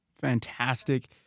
Fantastic